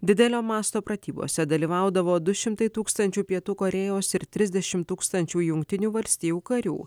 didelio masto pratybose dalyvaudavo du šimtai tūkstančių pietų korėjos ir trisdešim tūkstančių jungtinių valstijų karių